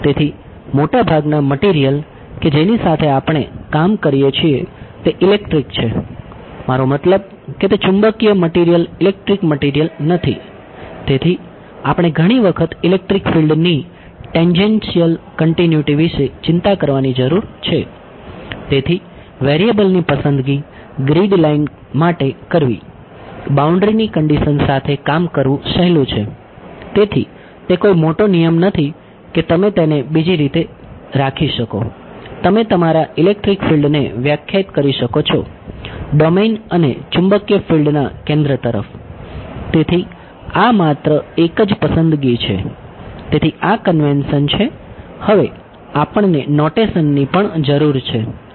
તેથી મોટાભાગના મટિરિયલ ની પણ જરૂર છે